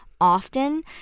often